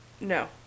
No